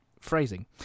Phrasing